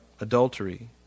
adultery